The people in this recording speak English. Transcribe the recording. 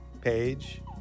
page